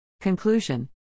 Conclusion